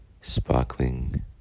sparkling